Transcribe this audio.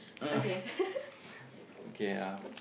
um okay uh